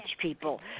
people